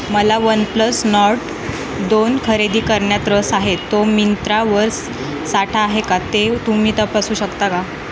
मला OnePlus Nord दोन खरेदी करण्यात रस आहे तो मिंत्रावर साठा आहे का ते तुम्ही तपासू शकता का